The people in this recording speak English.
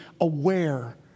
aware